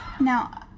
Now